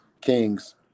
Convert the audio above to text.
kings